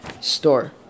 store